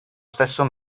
stesso